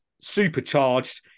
supercharged